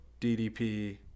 DDP